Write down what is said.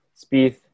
Spieth